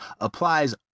applies